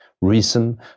reason